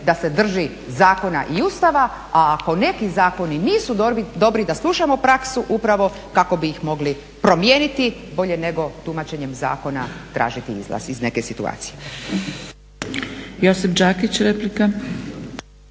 da se drži zakona i Ustava, a ako neki zakoni nisu dobri, da slušamo praksu upravo kako bi ih mogli promijeniti bolje nego tumačenjem zakona tražiti izlaz iz neke situacije.